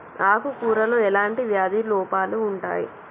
ఆకు కూరలో ఎలాంటి వ్యాధి లోపాలు ఉంటాయి?